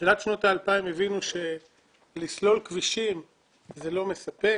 בתחילת שנות ה-2000 הבינו שלסלול כבישים זה לא מספק.